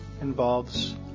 involves